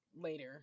later